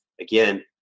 again